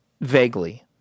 vaguely